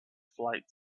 flight